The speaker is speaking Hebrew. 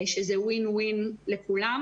שזה Win-Win לכול.